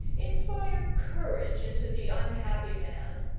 inspire courage into the unhappy man,